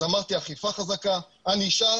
אז אמרתי אכיפה חזקה, ענישה